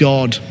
God